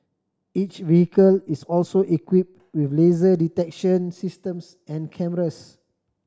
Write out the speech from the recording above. each vehicle is also equipped with laser detection systems and cameras